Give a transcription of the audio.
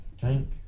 drink